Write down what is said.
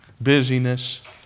busyness